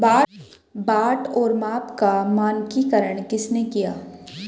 बाट और माप का मानकीकरण किसने किया?